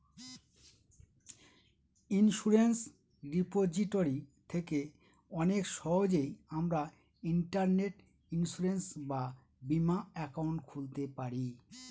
insurance repository থেকে অনেক সহজেই আমরা ইন্টারনেটে ইন্সুরেন্স বা বীমা একাউন্ট খুলতে পারি